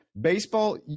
Baseball